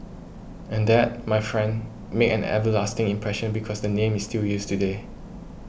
and that my friend made an everlasting impression because the name is still used today